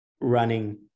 running